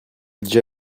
déjà